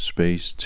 Space